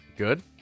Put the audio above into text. Good